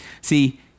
See